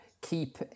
keep